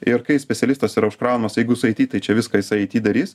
ir kai specialistas yra užkraunamas jeigu su aity tai čia viską jisai aity darys